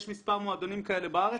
יש מספר מועדונים כאלה בארץ,